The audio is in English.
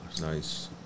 Nice